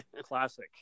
Classic